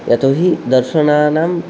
यतो हि दर्शनानां